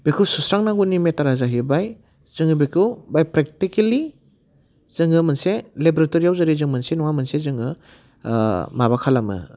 बेखौ सुस्रांनांगौनि मेटारा जाहैबाय जोङो बेखौ बाइ प्रेक्टिकेलि जोङो मोनसे लेबेरटरियाव जेरै जों मोनसे नङा मोनसे जोङो माबा खालामो